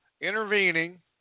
intervening